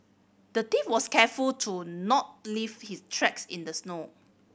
the thief was careful to not leave his tracks in the snow